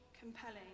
compelling